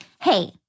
Hey